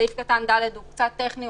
סעיף קטן (ד) הוא קצת טכני.